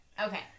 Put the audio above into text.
Okay